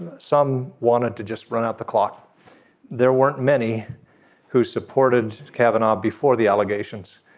and some wanted to just run out the clock there weren't many who supported cabinet before the allegations.